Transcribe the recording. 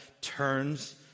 turns